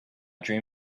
dream